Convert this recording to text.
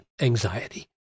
anxiety